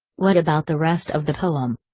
what about the rest of the poem?